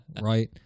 right